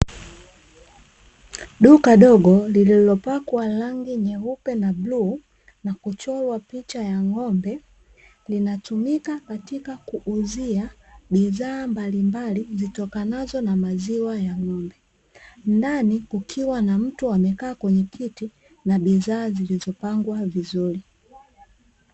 Duka dogo lililopakwa rangi nyeupe na bluu, na kuchorwa picha ya ng'ombe linatumika katika kuuzia bidhaa mbalimbali zitokanazo na maziwa ya ng'ombe. Ndani kukiwa na mtu amekaa kwenye kiti na bidhaa zilizopangwa vizuri.